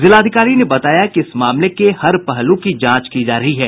जिलाधिकारी ने बताया कि इस मामले के हर पहलू की जांच की जा रही है